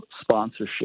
sponsorship